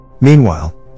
Meanwhile